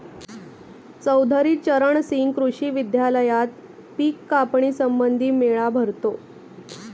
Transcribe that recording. चौधरी चरण सिंह कृषी विद्यालयात पिक कापणी संबंधी मेळा भरतो